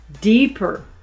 deeper